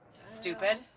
Stupid